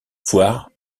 voire